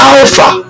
Alpha